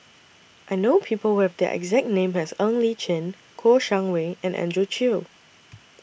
I know People Who Have The exact name as Ng Li Chin Kouo Shang Wei and Andrew Chew